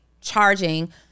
charging